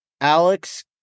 Alex